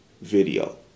video